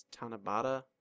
Tanabata